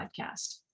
podcast